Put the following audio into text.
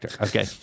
Okay